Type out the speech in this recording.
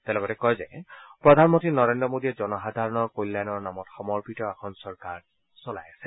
তেওঁ লগতে কয় যে প্ৰধানমন্ত্ৰী নৰেদ্ৰ মোদীয়ে জনসাধাৰণৰ কল্যাণৰ নামত সমৰ্পিত এখন চৰকাৰ চলাই আছে